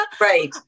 right